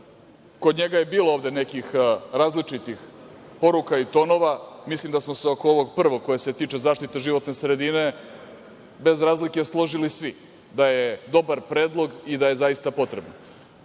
kod njega je bilo ovde nekih različitih poruka i tonova. Mislim da smo se oko ovog prvog, koje se tiče zaštite životne sredine, bez razlike složili svi da je dobar predlog i da je zaista potreban. Oko